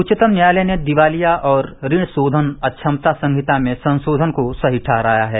उच्चतम न्यायालय ने दिवालिया और ऋण शोधन अक्षमता संहिता में संशोधनों को सही ठहराया है